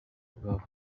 bwawe